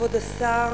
כבוד השר,